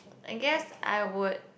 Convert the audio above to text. I guess I would